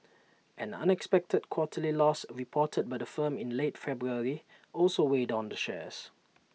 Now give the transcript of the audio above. an unexpected quarterly loss reported by the firm in late February also weighed on the shares